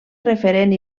referent